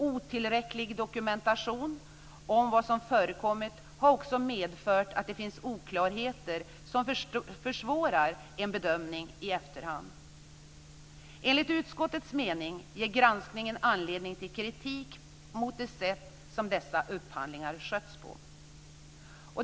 Otillräcklig dokumentation om vad som förekommit har också medfört att det finns oklarheter som försvårar en bedömning i efterhand. Enligt utskottets mening ger granskningen anledning till kritik mot det sätt som dessa upphandlingar skötts på.